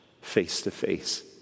face-to-face